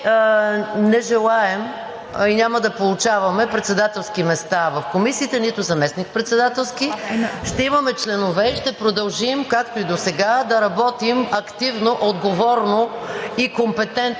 че ние не желаем и няма да получаваме председателски места в комисиите, нито заместник-председателски. Ще имаме членове и ще продължим, както и досега, да работим активно, отговорно